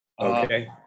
Okay